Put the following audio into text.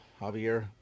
Javier